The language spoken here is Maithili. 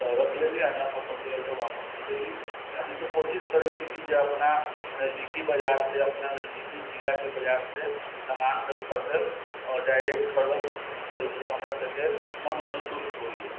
तऽ रख लेली नहि पसन्द केलक तऽ फेर वापस कऽ देली हमसब कोशिश करै छी की जे अपना नजदीकी बाजारसँ अपना नजदीकी जिलाके बाजारसँ सामानसब खरीदब आओर डायरेक्ट खरीदब तऽ एहिसँ हमरासबके मन सन्तुष्ट होइए